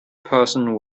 persons